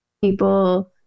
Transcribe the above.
People